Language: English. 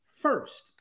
first